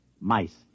Mice